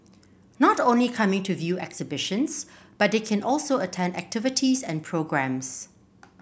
not only coming to view exhibitions but they can also attend activities and programmes